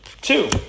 two